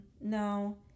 no